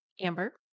Amber